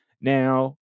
Now